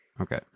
Okay